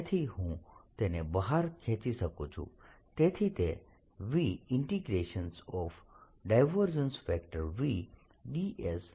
તેથી હું તેને બહાર ખેંચી શકું છું તેથી તે VV